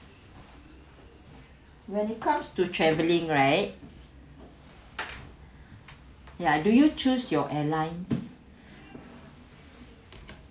when it comes to travelling right yeah do you choose your airlines